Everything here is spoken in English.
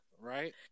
Right